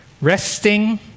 resting